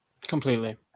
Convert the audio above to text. Completely